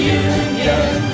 union